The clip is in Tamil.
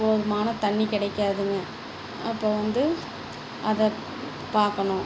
போதுமான தண்ணி கிடைக்காதுங்க அப்போ வந்து அதை பார்க்கணும்